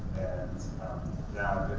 and now,